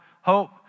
hope